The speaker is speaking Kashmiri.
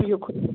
بِہِو خۄدایَس